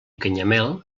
canyamel